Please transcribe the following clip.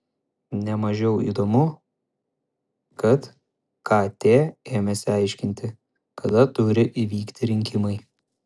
ne mažiau įdomu kad kt ėmėsi aiškinti kada turi įvykti rinkimai